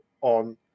on